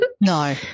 No